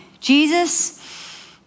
Jesus